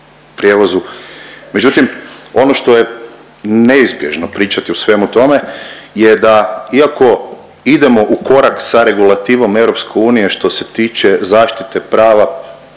prijevozu. Međutim, ono što je neizbježno pričati o svemu tome je da iako idemo u korak sa regulativom EU što se tiče zaštite prava